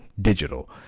digital